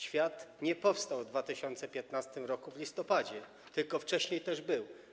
Świat nie powstał w 2015 r., w listopadzie, tylko wcześniej też był.